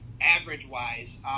average-wise